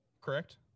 correct